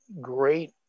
great